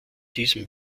diesem